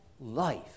life